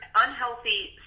unhealthy